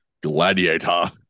Gladiator